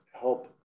help